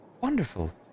Wonderful